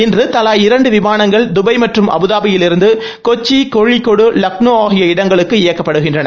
இன்ற தலா இரண்டு விமாளங்கள் தபாய் மற்றும் அபுதாபியிலிருந்து கொச்சி கோழிக்கோடு லக்னோ அம்ரிட்ஸர் ஆகிய இடங்களுக்கு இயக்கப்படுகின்றன